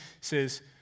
says